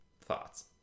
thoughts